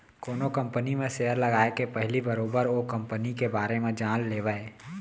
कोनो कंपनी म सेयर लगाए के पहिली बरोबर ओ कंपनी के बारे म जान लेवय